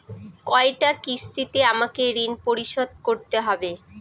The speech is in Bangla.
কয়টা কিস্তিতে আমাকে ঋণ পরিশোধ করতে হবে?